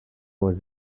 was